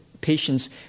patients